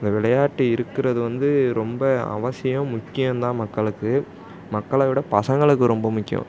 இந்த விளையாட்டு இருக்கிறது வந்து ரொம்ப அவசியம் முக்கியந்தான் மக்களுக்கு மக்களை விட பசங்களுக்கு ரொம்ப முக்கியம்